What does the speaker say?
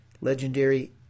legendary